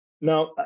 Now